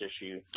issue